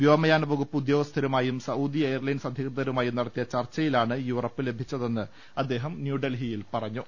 വ്യോമയാന് വകുപ്പ് ഉദ്യോ ഗസ്ഥരുമായും സൌദി എയർലൈൻസ് അധ്യികൃതരുമായും നട ത്തിയ ചർച്ചയിലാണ് ഈ ഉറപ്പ് ലഭിച്ചതെന്ന് അദ്ദേഹം ന്യൂഡൽഹിയിൽ പറഞ്ഞു